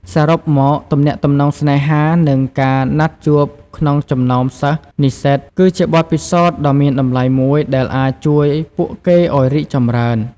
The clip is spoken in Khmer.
សរុបមក ទំនាក់ទំនងស្នេហា និងការណាត់ជួបក្នុងចំណោមសិស្សនិស្សិតគឺជាបទពិសោធន៍ដ៏មានតម្លៃមួយដែលអាចជួយពួកគេឱ្យរីកចម្រើន។